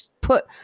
put